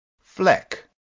fleck